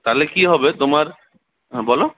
তাহলে কি হবে তোমার বলো